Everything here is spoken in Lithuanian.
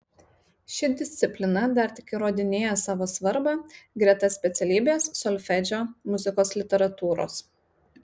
ši disciplina dar tik įrodinėja savo svarbą greta specialybės solfedžio muzikos literatūros